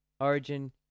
Origin